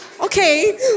Okay